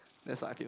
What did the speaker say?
that's what I feel